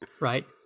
Right